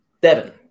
Devin